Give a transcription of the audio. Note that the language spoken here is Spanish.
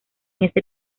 ese